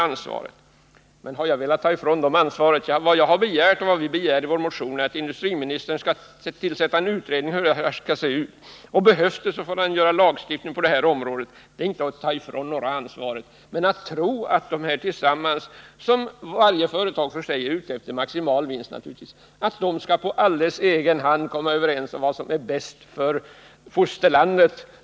Har jag velat ta ifrån dem ansvaret? Vi begär i vår motion att industriministern skall sätta till en utredning, och behövs det får han gå in med lagstiftning. Jag tror inte på att dessa företag, som vart och ett för sig naturligtvis är ute efter maximal vinst, tillsammans skall kunna komma överens om vad som är bäst för fosterlandet.